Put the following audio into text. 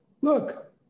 Look